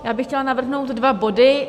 Já bych chtěla navrhnout dva body.